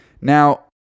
Now